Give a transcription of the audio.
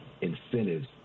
incentives